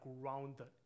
grounded